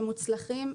הם מוצלחים,